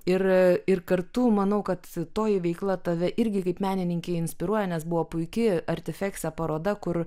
ir ir kartų manau kad toji veikla tave irgi kaip menininkę inspiruoja nes buvo puiki artifekse paroda kur